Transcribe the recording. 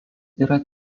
yra